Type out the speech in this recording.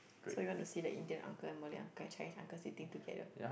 so you want to see the Indian uncle and malay uncle and Chinese uncle sitting together